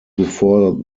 before